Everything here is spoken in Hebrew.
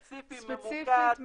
ספציפית,